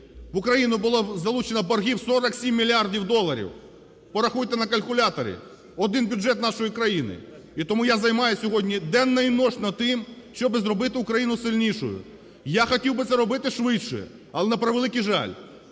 в Україну було залучено боргів 47 мільярдів доларів. Порахуйте на калькуляторі – один бюджет нашої країни. І тому я займаюсь сьогодні денно і нічно тим, щоб зробити Україну сильнішою. Я хотів би це робити швидше, але, на превеликий жаль,